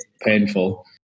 painful